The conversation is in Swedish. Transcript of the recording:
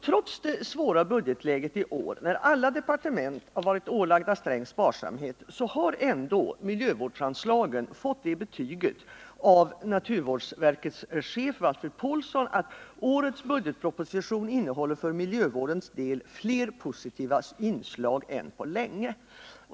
Trots det svåra budgetläget i år, när alla departement har varit ålagda sträng sparsamhet, har ändå miljövårdsanslagen fått det betyget av naturvårdsverkets chef Valfrid Paulsson att årets budgetproposition innehåller för miljövårdens del fler positiva inslag än på länge.